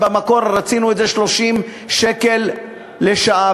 במקור רצינו 30 שקל לשעה.